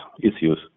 issues